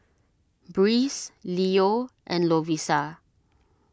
Breeze Leo and Lovisa